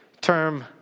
term